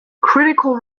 critical